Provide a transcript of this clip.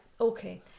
okay